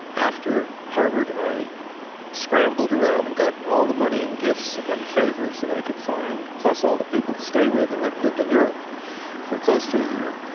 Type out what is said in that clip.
after harvard i scrambled around and got all the money and gifts and favors that i could find plus all the people to stay with and when and lived in europe for close to a year.